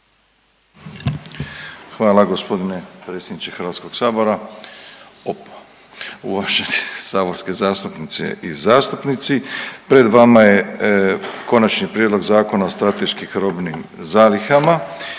Hvala gospodine predsjedniče Hrvatskoga sabora. Uvaženi saborske zastupnice i zastupnici pred vama je Konačni prijedlog zakona o strateškim robnim zalihama.